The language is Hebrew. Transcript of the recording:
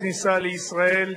צודק.